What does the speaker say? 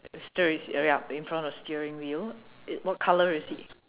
steering yup yup in front of steering wheel what color is he